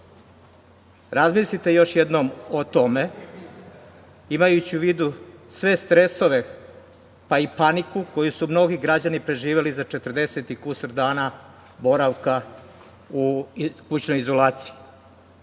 Razmislite još jednom o tome, imajući u vidu sve stresove, pa i paniku, koju su mnogi građani preživeli za 40 i kusur dana boravaka u kućnoj izolaciji. Nije